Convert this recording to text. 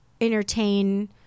Entertain